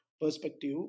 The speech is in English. perspective